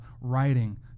writing